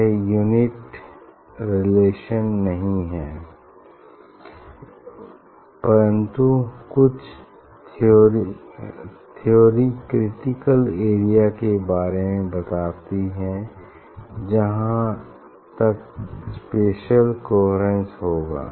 यह unique relation नहीं है परन्तु कुछ थ्योरी क्रिटिकल एरिया के बारे में बताती है जहा तक स्पेसिअल कोहेरेन्स होगा